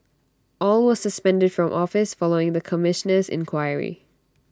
all were suspended from office following the Commissioner's inquiry